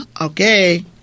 Okay